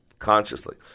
consciously